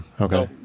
Okay